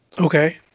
Okay